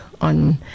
on